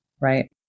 Right